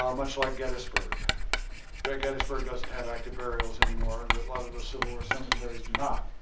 um much like gettysburg. but gettysburg doesn't have active burials anymore and a lot of the civil war cemeteries do not.